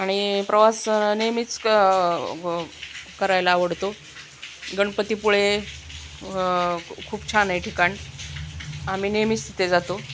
आणि प्रवास नेहमीच क करायला आवडतो गणपतीपुळे खूप छान आहे ठिकाण आम्ही नेहमीच तिथे जातो